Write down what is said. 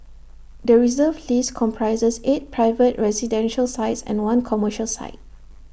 the Reserve List comprises eight private residential sites and one commercial site